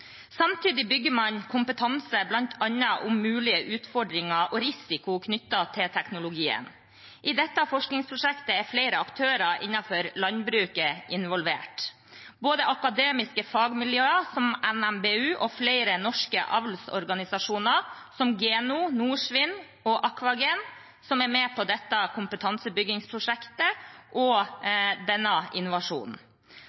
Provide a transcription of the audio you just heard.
Samtidig bygger man kompetanse bl.a. om mulige utfordringer og risiko knyttet til teknologien. I dette forskningsprosjektet er flere aktører innenfor landbruket involvert, både akademiske fagmiljøer, som NMBU, og flere norske avlsorganisasjoner, som Geno, Norsvin og AquaGen, som er med på dette kompetansebyggingsprosjektet og